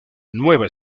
nueva